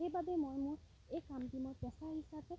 সেইবাবেই মই মোৰ এই কামটো মই পেচা হিচাপে